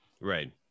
Right